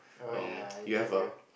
um you have a